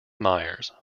meyers